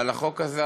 על החוק הזה.